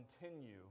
continue